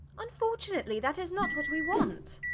unfortunately, that is not what we want.